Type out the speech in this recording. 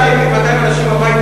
אתם שולחים 200 אנשים הביתה.